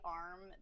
arm